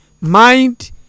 Mind